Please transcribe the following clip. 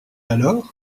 alors